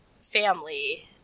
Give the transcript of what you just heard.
family